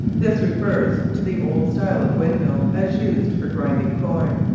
this refers to the old style of windmill as used for grinding corn.